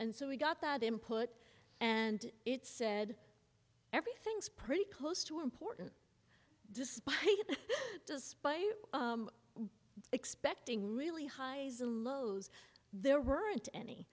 and so we got that him put and it said everything's pretty close to important despite despite expecting really highs and lows there weren't